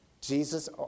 Jesus